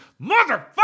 Motherfucker